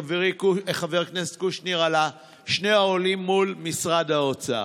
חבר הכנסת קושניר על שני האוהלים מול משרד האוצר.